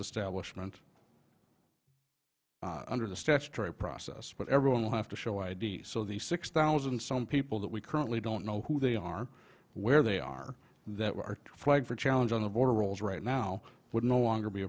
establishment under the statutory process but everyone will have to show id so the six thousand some people that we currently don't know who they are where they are that are flagged for challenge on the border rolls right now would no longer be